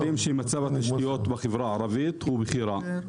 שמצב התשתיות בחברה הערבית הוא בכי רע,